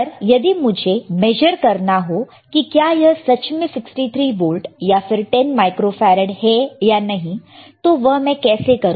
पर यदि मुझे इसे मेजर करना हो कि क्या यह सच में 63 वोल्ट या फिर 10 माइक्रो फैरड है या नहीं तो वह मैं कैसे करूंगा